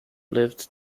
lived